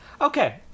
Okay